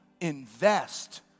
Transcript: invest